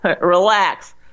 relax